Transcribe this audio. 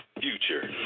future